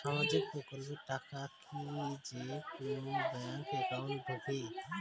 সামাজিক প্রকল্পের টাকা কি যে কুনো ব্যাংক একাউন্টে ঢুকে?